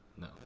no